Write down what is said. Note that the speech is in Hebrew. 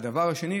הדבר השני,